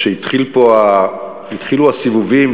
כשהתחילו הסיבובים,